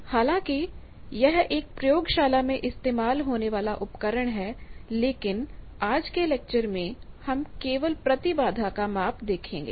हालाँकि यह एक प्रयोगशाला में इस्तेमाल होने वाला उपकरण है लेकिन आज के लेक्चर में हम केवल प्रतिबाधा का माप देखेंगे